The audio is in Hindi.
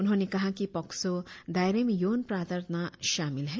उन्होंने कहा कि पॉक्सो दायरे में यौन प्रताड़ना शामिल है